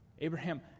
Abraham